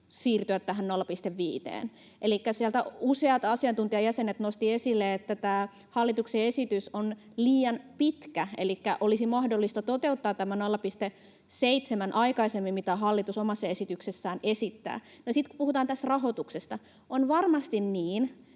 elikkä siellä useat asiantuntijajäsenet nostivat esille, että tämä hallituksen esitys on liian pitkä. Elikkä olisi mahdollista toteuttaa tämä 0,7 aikaisemmin kuin hallitus omassa esityksessään esittää. No sitten kun puhutaan rahoituksesta, on varmasti niin,